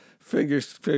Fingers